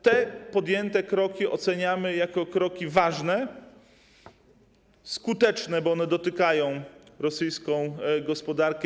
Te podjęte kroki oceniamy jako kroki ważne i skuteczne, bo one dotykają rosyjską gospodarkę.